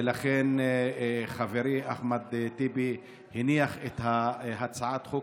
ולכן חברי אחמד טיבי הניח את הצעת החוק